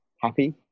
happy